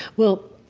well,